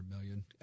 million